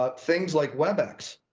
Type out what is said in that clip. but things like webex,